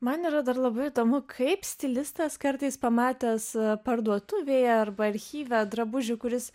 man yra dar labai įdomu kaip stilistas kartais pamatęs parduotuvėje arba archyve drabužį kuris